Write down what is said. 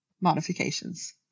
modifications